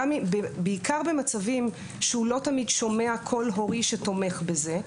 בעיקר במצבים שהוא לא תמיד שומע קול הורי שתומך בזה,